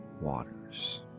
waters